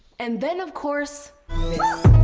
and then of course